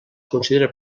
considera